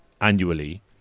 annually